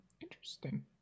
interesting